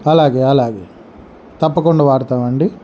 అలాగే అలాగే తప్పకుండా వాడతామండి